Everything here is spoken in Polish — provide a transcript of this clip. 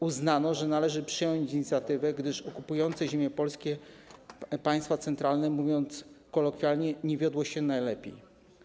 Uznano, że należy przejąć inicjatywę, gdyż okupującym ziemie polskie państwom centralnym, mówiąc kolokwialnie, nie wiodło się najlepiej.